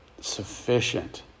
sufficient